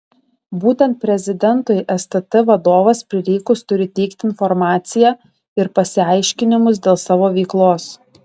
būtent prezidentui stt vadovas prireikus turi teikti informaciją ir pasiaiškinimus dėl savo veiklos